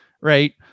right